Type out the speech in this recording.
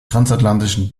transatlantischen